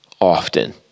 often